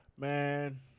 Man